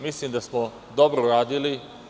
Mislim da smo dobro radili.